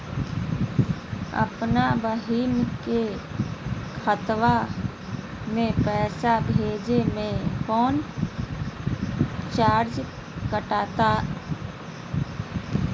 अपन बहिन के खतवा में पैसा भेजे में कौनो चार्जो कटतई?